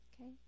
Okay